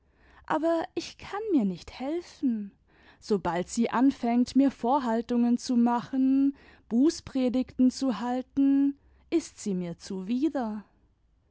aber ich kann nir nicht helfen so bald sie anfängt mir vorhaltungen zu machen bußpredigten zu halten ist sie mir zuwider